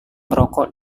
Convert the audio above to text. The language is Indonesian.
merokok